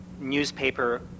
newspaper